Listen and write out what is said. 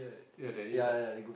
ya there is ah